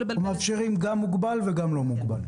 אנחנו מאפשרים גם מוגבל וגם לא מוגבל.